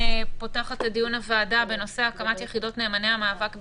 אני פותחת את דיון הוועדה בנושא הקמת יחידות "נאמני המאבק בקורונה"